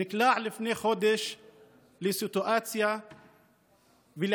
נקלע לפני חודש לסיטואציה ולעלילה,